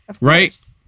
right